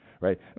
right